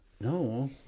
no